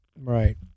right